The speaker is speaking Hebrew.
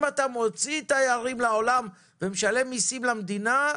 אם אתה מוציא תיירים לעולם ומשלם מיסים למדינה,